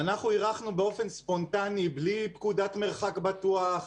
אנחנו אירחנו באופן ספונטני בלי פקודת מרחק בטוח,